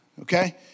Okay